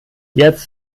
jetzt